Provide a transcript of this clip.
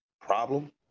Problem